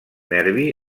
nervi